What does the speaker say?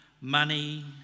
money